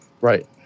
Right